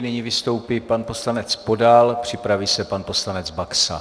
Nyní vystoupí pan poslanec Podal, připraví se pan poslanec Baxa.